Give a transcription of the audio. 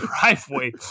driveway